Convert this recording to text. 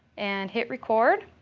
and hit record.